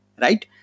right